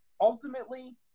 Ultimately